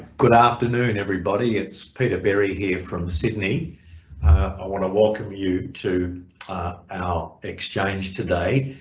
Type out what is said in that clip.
good afternoon everybody it's peter berry here from sydney i want to welcome you to our exchange today.